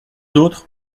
autres